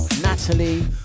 Natalie